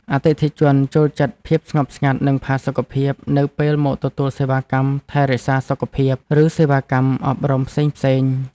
អតិថិជនចូលចិត្តភាពស្ងប់ស្ងាត់ និងផាសុកភាពនៅពេលមកទទួលសេវាកម្មថែរក្សាសុខភាព ឬសេវាកម្មអប់រំផ្សេងៗ។